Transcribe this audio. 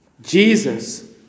Jesus